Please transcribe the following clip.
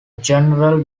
general